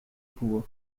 poor